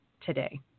today